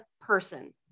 person